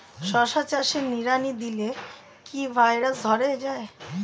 শশা চাষে নিড়ানি দিলে কি ভাইরাস ধরে যায়?